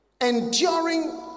Enduring